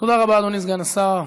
תודה רבה, אדוני סגן השר.